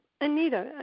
Anita